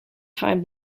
time